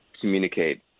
communicate